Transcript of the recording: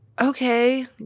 okay